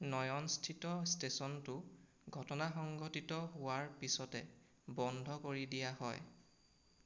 নয়নস্থিত ষ্টেচনটো ঘটনা সংঘটিত হোৱাৰ পিছতে বন্ধ কৰি দিয়া হয়